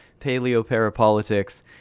paleo-parapolitics